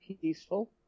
peaceful